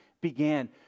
began